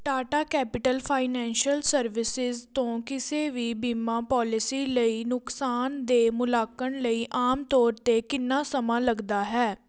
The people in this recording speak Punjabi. ਟਾਟਾ ਕੈਪੀਟਲ ਫਾਈਨੈਂਸ਼ੀਅਲ ਸਰਵਿਸਿਜ਼ ਤੋਂ ਕਿਸੇ ਵੀ ਬੀਮਾ ਪੋਲਿਸੀ ਲਈ ਨੁਕਸਾਨ ਦੇ ਮੁਲਾਂਕਣ ਲਈ ਆਮ ਤੌਰ 'ਤੇ ਕਿੰਨਾ ਸਮਾਂ ਲੱਗਦਾ ਹੈ